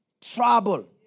trouble